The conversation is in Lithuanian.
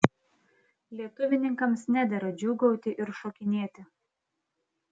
lietuvininkams nedera džiūgauti ir šokinėti